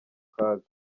kaga